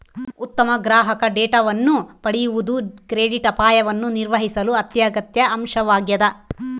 ಉತ್ತಮ ಗ್ರಾಹಕ ಡೇಟಾವನ್ನು ಪಡೆಯುವುದು ಕ್ರೆಡಿಟ್ ಅಪಾಯವನ್ನು ನಿರ್ವಹಿಸಲು ಅತ್ಯಗತ್ಯ ಅಂಶವಾಗ್ಯದ